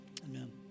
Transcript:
Amen